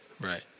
Right